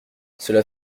cela